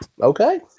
Okay